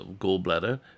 gallbladder